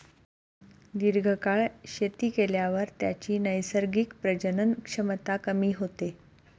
दीर्घकाळ शेती केल्यावर त्याची नैसर्गिक प्रजनन क्षमता कमी होते